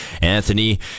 Anthony